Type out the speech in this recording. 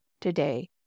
today